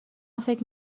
فکر